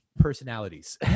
personalities